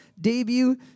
debut